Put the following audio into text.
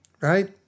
right